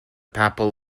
papal